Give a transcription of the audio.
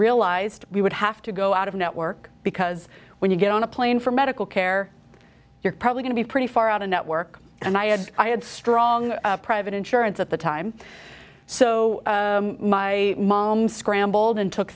realized we would have to go out of network because when you get on a plane for medical care you're probably going to be pretty far out of network and i had i had strong private insurance at the time so my mom scrambled and took